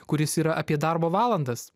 kuris yra apie darbo valandas